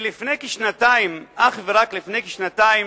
לפני כשנתיים, ואך ורק לפני כשנתיים,